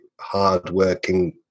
hard-working